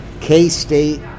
K-State